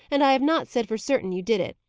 and i have not said for certain you did it.